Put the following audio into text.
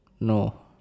no